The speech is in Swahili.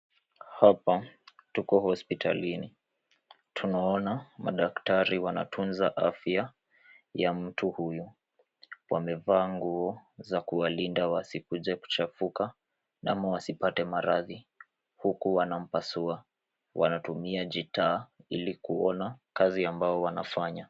Hapa tuko hospitalini. Tunaona madaktari wanatunza afya ya mtu huyu. Wamevaa nguo za kuwalinda wasikuje kuchafuka ama wasipate maradhi huku wanampasua. Wanatumia jitaa ili kuuona kazi ambayo wanafanya.